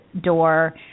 door